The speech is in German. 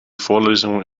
vorlesung